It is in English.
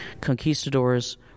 Conquistadors